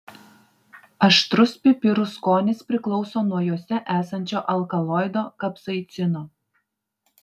aštrus pipirų skonis priklauso nuo juose esančio alkaloido kapsaicino